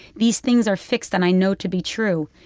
these things are fixed and i know to be true.